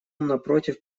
напротив